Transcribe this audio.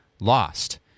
lost